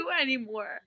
anymore